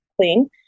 clean